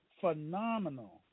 Phenomenal